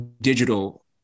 digital